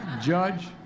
Judge